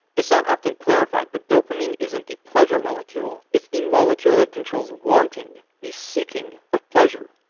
it's not often clarified, but dopamine isn't the pleasure molecule, it's the molecule that controls wanting the seeking of pleasure.